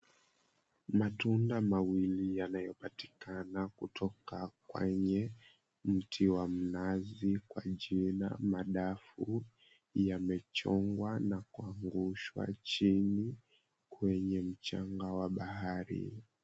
Matunda mawili yanayopatikana kutoka kwenye mti wa mnazi kwa jina madafu, yamechongwa na kuangushwa chini kwenye mchanga wa bahari.